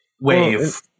wave